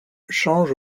change